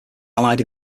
allied